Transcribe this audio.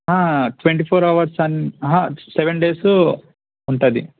twenty four hours seven days ఉంటుంది